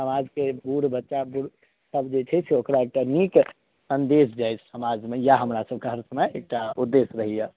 समाजके बूढ़ बच्चा बूढ़ सब जे छै से ओकरा एक टा नीक सन्देश जाइ समाजमे यहए हमरा सबके हर समय एक टा उद्देश्य रहैए